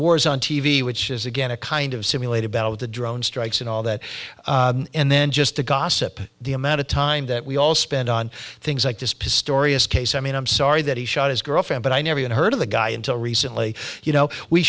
wars on t v which is again a kind of simulated battle with the drone strikes and all that and then just the gossip the amount of time that we all spend on things like this pistorius case i mean i'm sorry that he shot his girlfriend but i never even heard of the guy until recently you know we